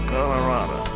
Colorado